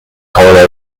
tolerated